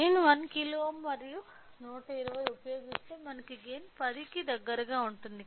నేను 1 kilo ohm మరియు 120 ఉపయోగిస్తే మనకు గైన్ 10 కి దగ్గరగా లభిస్తుంది